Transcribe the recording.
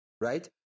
right